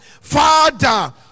Father